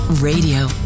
Radio